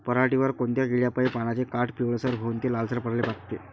पऱ्हाटीवर कोनत्या किड्यापाई पानाचे काठं पिवळसर होऊन ते लालसर पडाले लागते?